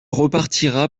repartira